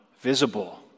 visible